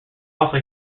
also